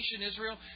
Israel